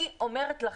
אני אומרת לכם,